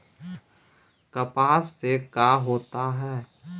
कपास से का होता है?